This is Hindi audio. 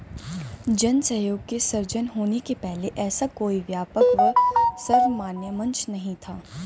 जन सहयोग के सृजन होने के पहले ऐसा कोई व्यापक व सर्वमान्य मंच नहीं था